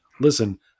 Listen